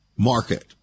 Market